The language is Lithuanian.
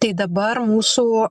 tai dabar mūsų